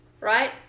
Right